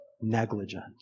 negligent